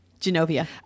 Genovia